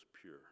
pure